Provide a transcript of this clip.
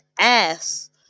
ass